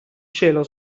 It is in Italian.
cielo